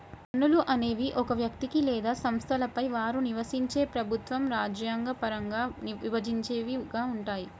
పన్నులు అనేవి ఒక వ్యక్తికి లేదా సంస్థలపై వారు నివసించే ప్రభుత్వం రాజ్యాంగ పరంగా విధించేవిగా ఉంటాయి